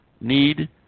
need